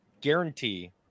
guarantee